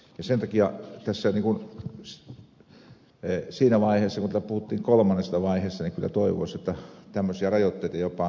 sen takia siinä vaiheessa kun täällä puhuttiin kolmannesta vaiheesta kyllä toivoisi että tämmöisistä rajoitteista jopa puhuttaisiin